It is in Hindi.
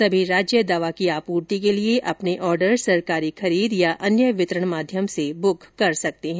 सभी राज्य दवा की आपूर्ति के लिए अपने ऑर्डर सरकारी खरीद या अन्य वितरण माध्यम से बुक कर सकते हैं